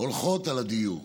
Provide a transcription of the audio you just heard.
הולכות על הדיור.